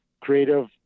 creative